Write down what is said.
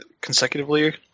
consecutively